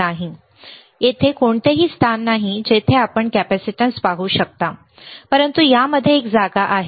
नाही तेथे कोणतेही स्थान नाही जेथे आपण कॅपेसिटन्स पाहू शकता परंतु यामध्ये एक जागा आहे